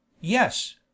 Yes